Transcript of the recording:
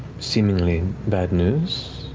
seemingly bad news,